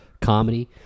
comedy